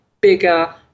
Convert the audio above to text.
bigger